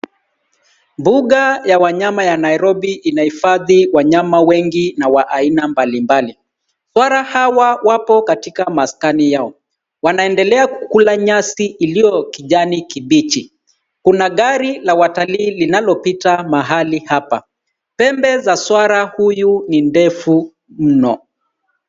Mbuga ya wanyama ya Nairobi inahifadhi wanyama wengi na wa aina mbali mbali. Swara hawa wapo katika maskani yao, wanaendelea kukula nyasi iliyo kijani kibichi. Kuna gari la watalii linalopita mahali hapa. Pembe za swara huyu ni ndefu mno.